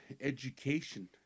education